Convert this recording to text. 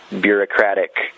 bureaucratic